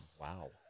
Wow